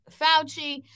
Fauci